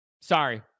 Sorry